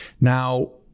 Now